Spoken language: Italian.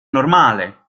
normale